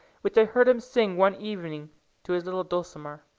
which i heard him sing one evening to his little dulcimer.